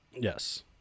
Yes